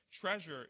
treasure